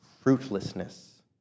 fruitlessness